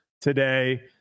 today